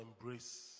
embrace